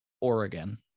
Oregon